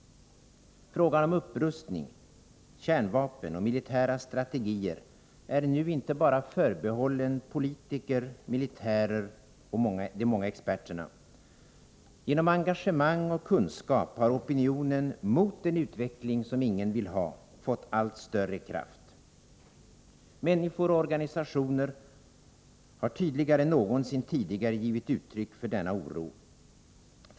Frågan om upprustning, kärnvapen och militära strategier är nu inte bara förbehållen politikerna, militärerna och de många experterna. Genom engagemang och kunskap har opinionen mot en utveckling som ingen vill ha fått allt större kraft. Människor och organisationer har tydligare än någonsin tidigare givit uttryck för denna oro.